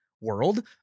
world